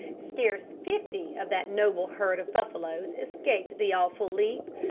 scarce fifty of that noble herd of buffaloes escaped the awful leap,